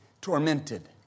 tormented